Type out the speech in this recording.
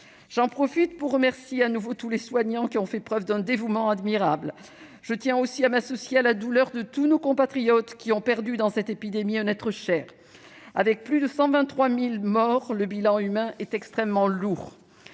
J'en profite pour remercier de nouveau tous les soignants qui ont fait preuve d'un dévouement admirable. Je tiens aussi à m'associer à la douleur de tous nos compatriotes qui ont perdu, dans cette épidémie, un être cher. Avec plus de 123 000 morts, le bilan humain est extrêmement lourd.